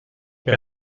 per